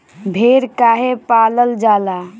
भेड़ काहे पालल जाला?